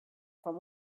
from